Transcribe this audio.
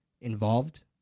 involved